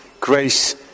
Grace